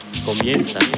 comienza